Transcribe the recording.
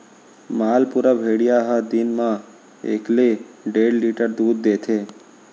मालपुरा भेड़िया ह दिन म एकले डेढ़ लीटर दूद देथे